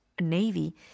Navy